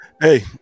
hey